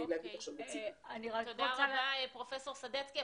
תודה רבה פרופסור סדצקי.